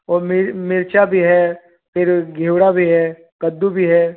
ओ मीर मिर्चा भी है फिर घेवड़ा भी है कद्दू भी है